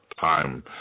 time